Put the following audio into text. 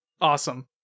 Awesome